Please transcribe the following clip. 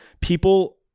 people